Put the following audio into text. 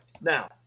now